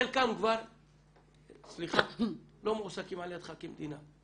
חלקם כבר לא מועסקים על ידך כמדינה.